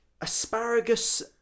Asparagus